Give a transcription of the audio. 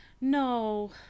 no